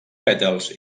pètals